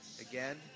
again